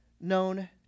known